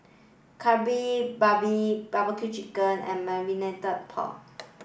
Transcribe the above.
Kari Babi Barbecue Chicken Wings and Marmite Pork Ribs